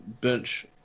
bench